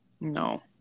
No